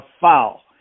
foul